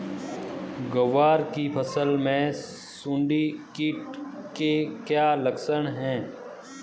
ग्वार की फसल में सुंडी कीट के क्या लक्षण है?